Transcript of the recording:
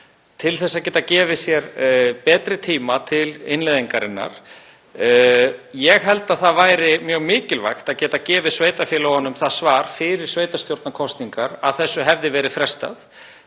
til að geta gefið sér betri tíma til innleiðingarinnar. Ég held að það væri mjög mikilvægt að geta gefið sveitarfélögunum það svar fyrir sveitarstjórnarkosningar að þessu hefði verið frestað.